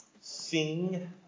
sing